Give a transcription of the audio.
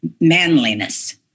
manliness